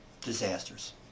disasters